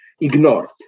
ignored